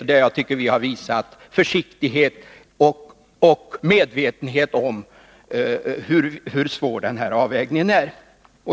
På den punkten tycker jag att vi har visat försiktighet och medvetenhet om hur svår denna avvägning är.